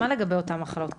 מה לגבי אותן מחלות קשות?